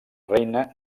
reina